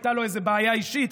הייתה לו איזו בעיה אישית,